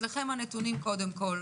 אצלכם הנתונים קודם כל,